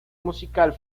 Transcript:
musical